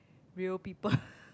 real people